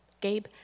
Gabe